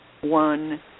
one